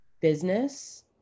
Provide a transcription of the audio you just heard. business